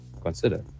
consider